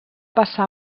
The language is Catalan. passar